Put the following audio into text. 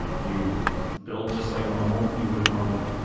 you build just like normal you would normally.